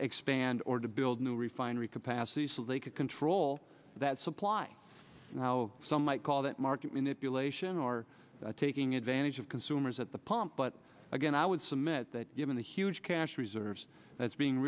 expand or to build new refinery capacity so they could control that supply and how some might call that market manipulation or taking advantage of consumers at the pump but again i would submit that given the huge cash reserves that's being